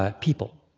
ah people.